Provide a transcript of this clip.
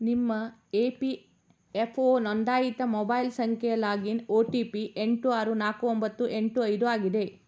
ನಿಮ್ಮ E P F O ನೋಂದಾಯಿತ mobile ಸಂಖ್ಯೆ ಲಾಗಿನ್ ಒ ಟಿ ಪಿ ಎಂಟು ಆರು ನಾಲ್ಕು ಒಂಬತ್ತು ಎಂಟು ಐದು ಆಗಿದೆ